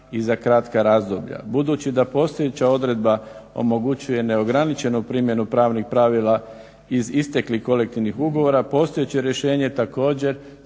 i za kratka razdoblja. Budući da postojeća odredba omogućuje neograničenu primjenu pravnih pravila iz isteklih kolektivnih ugovora postojeće rješenje također